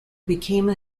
became